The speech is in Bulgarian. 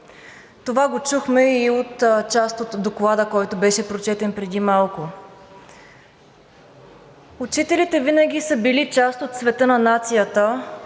Това го чухме и в част от Доклада, който беше прочетен преди малко. Учителите винаги са били част от цвета на нацията